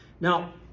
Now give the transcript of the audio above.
Now